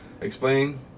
explain